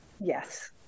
yes